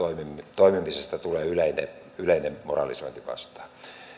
toimimisesta tulee yleinen yleinen moralisointi vastaan